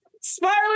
smiling